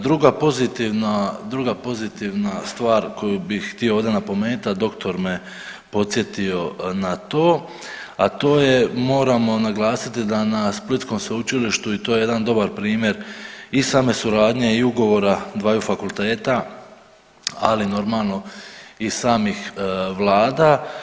Druga pozitivna stvar koju bih htio ovdje napomenuti, a doktor me podsjetio na to, a to je, moramo naglasiti da na splitskom sveučilištu i to je jedna dobar primjer i same suradnje i ugovora dvaju fakulteta, ali normalno i samih vlada.